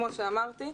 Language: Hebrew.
כמו שאמרתי,